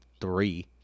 three